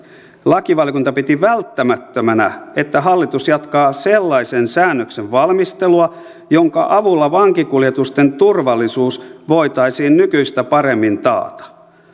lakivaliokunta piti välttämättömänä että hallitus jatkaa sellaisen säännöksen valmistelua jonka avulla vankikuljetusten turvallisuus voitaisiin nykyistä paremmin taata